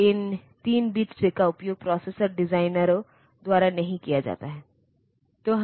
तो अगले हम 8085 माइक्रोप्रोसेसर आर्किटेक्चर में जाएंगे